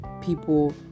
people